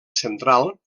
central